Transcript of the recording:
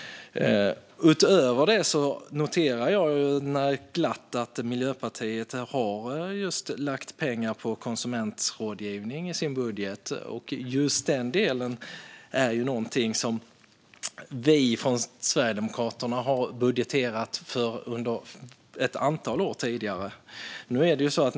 Utöver detta noterar jag glatt att Miljöpartiet har lagt pengar på just konsumentrådgivning i sin budget, och just den delen är något som vi i Sverigedemokraterna har budgeterat för under ett antal år tidigare.